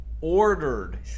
ordered